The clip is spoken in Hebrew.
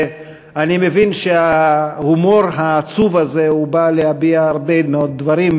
אני מבין שההומור העצוב הזה בא להביע הרבה מאוד דברים,